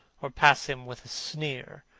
or pass him with a sneer,